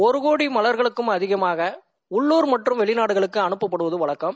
ஒரு கோடி மலர்களுக்கும் அதிகமாக உள்ளுர் மற்றம் வெளிநாடுகளுக்கு அடைப்படுவது வழுக்கம்